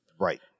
Right